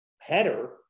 header